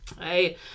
Hey